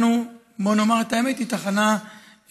בוא נאמר את האמת: היא תחנה טובה,